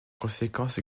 conséquence